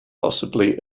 possibly